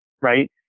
right